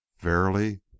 Verily